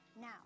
Now